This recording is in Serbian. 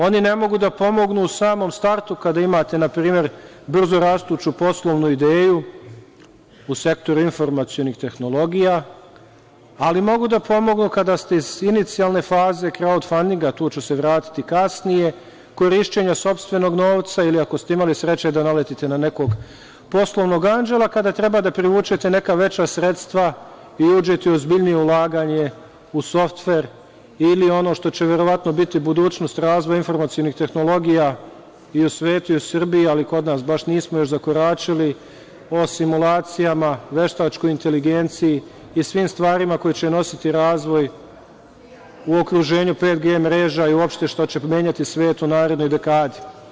Oni ne mogu da pomognu u samom startu kada imate npr. brzo rastuću poslovnu ideju u sektoru informacionih tehnologija, ali mogu da pomognu kada ste iz inicijalne faze „kraut fandinga“ tu ću se vratiti kasnije, korišćenje sopstvenog novca ili ako ste imali sreće da naletite na nekog poslovnog anđela, kada treba da privučete neka veća sredstva i uđete u ozbiljnije ulaganje u softver ili ono što će verovatno biti budućnost razvoja informacionih tehnologija i u svetu i u Srbiji, ali kod nas baš nismo još zakoračili, o simulacijama, veštačkoj inteligenciji i svim stvarima koje će nositi razvoj u okruženju PFG mreža i uopšte što će menjati svet u narednoj dekadi.